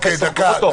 פרופ' גרוטו.